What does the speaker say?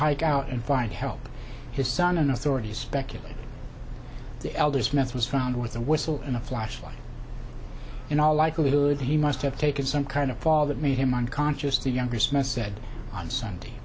hide out and find help his son and authorities speculate the eldest meth was found with a whistle and a flashlight in all likelihood he must have taken some kind of fall that made him unconscious the youngest message on sunday